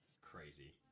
crazy